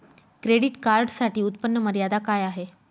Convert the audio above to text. Credit कार्डसाठी उत्त्पन्न मर्यादा काय आहे?